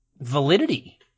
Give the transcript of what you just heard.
validity